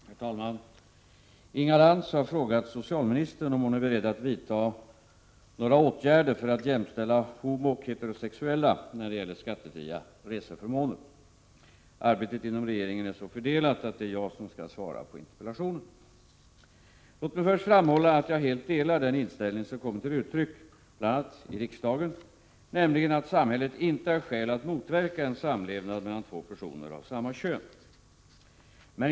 Herr talman! Inga Lantz har frågat socialministern om hon är beredd att vidta några åtgärder för att jämställa homooch heterosexuella när det gäller skattefria reseförmåner. Arbetet inom regeringen är så fördelat att det är jag som skall svara på interpellationen. Låt mig först framhålla att jag helt delar den allmänna inställning som kommit till uttryck bl.a. i riksdagen, nämligen att samhället inte har skäl att motverka en samlevnad mellan två personer av samma kön.